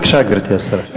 בבקשה, גברתי השרה.